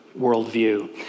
worldview